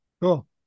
Cool